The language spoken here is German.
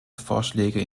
vorschläge